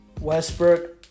Westbrook